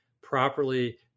properly